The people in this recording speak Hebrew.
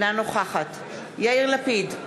אינה נוכחת יאיר לפיד,